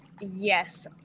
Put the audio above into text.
Yes